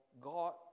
God